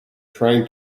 trying